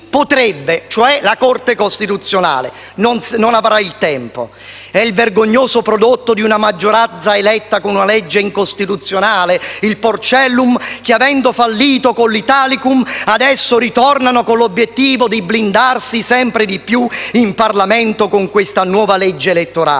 potrebbe farlo, cioè la Corte costituzionale, che non ne avrà il tempo. È il vergognoso prodotto di una maggioranza eletta con una legge incostituzionale, il Porcellum, che avendo fallito con l'Italicum adesso ritorna con l'obiettivo di blindarsi sempre di più in Parlamento con questa nuova legge elettorale,